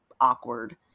awkward